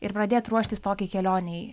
ir pradėt ruoštis tokiai kelionei